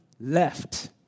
left